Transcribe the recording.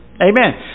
Amen